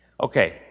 Okay